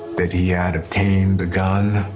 that he had obtained the gun,